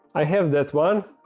i have that one.